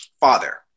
father